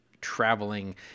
traveling